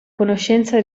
conoscenza